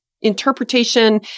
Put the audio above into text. interpretation